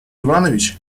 иванович